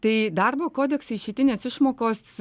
tai darbo kodekse išeitinės išmokos